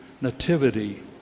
Nativity